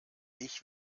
ich